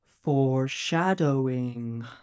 Foreshadowing